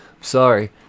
Sorry